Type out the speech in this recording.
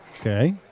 Okay